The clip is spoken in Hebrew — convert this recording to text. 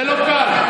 זה לא קל.